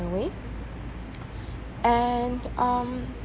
and um